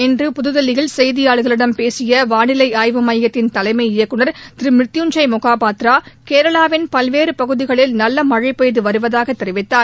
இன்று புதுதில்லியில் செய்தியாளர்களிடம் பேசிய வானிலை ஆய்வு மையத்தின் தலைமை இயக்குநர் திரு மிருத்யூஞ்சை மொகாபாத்ரா கேரளாவின் பல்வேறு பகுதிகளில் நல்ல மழை பெய்து வருவதாகத் தெரிவித்தார்